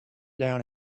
down